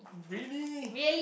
really